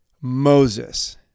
Moses